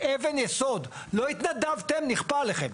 אבן יסוד, לא התנדבתם, נכפה עליכם,